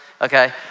okay